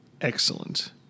Excellent